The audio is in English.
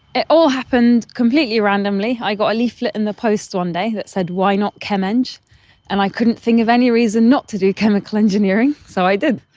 it all happened completely randomly. i got a leaflet in the post one day that said why not chem eng? and and i couldn't think of any reason not to do chemical engineering, so i did.